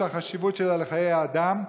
ראו את החשיבות שלה לחיי האדם,